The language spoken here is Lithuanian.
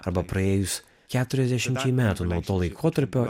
arba praėjus keturiasdešimčiai metų nuo to laikotarpio